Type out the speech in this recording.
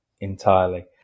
entirely